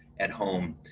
at home,